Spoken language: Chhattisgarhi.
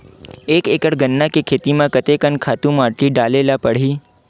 एक एकड़ गन्ना के खेती म कते कन खातु माटी डाले ल पड़ही?